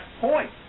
point